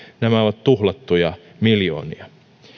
nämä ovat tuhlattuja miljoonia